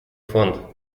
фонд